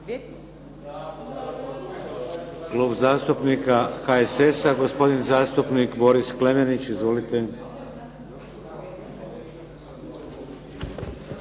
Klub zastupnika HSS-a gospodin zastupnik Boris Klemenić. Izvolite.